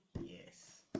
Yes